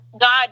God